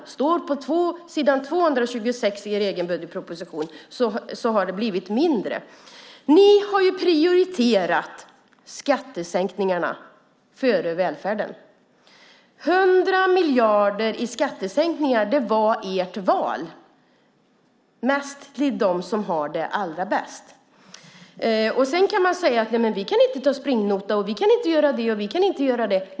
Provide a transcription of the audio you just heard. Det står på s. 226 i er egen budgetproposition. Det har blivit mindre. Ni har prioriterat skattesänkningarna före välfärden. 100 miljarder i skattesänkningar - det var ert val. Och det är mest till dem som har det allra bäst. Sedan kan man säga att man inte kan ta springnota och inte göra det och det.